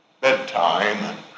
bedtime